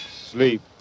sleep